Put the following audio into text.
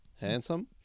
Handsome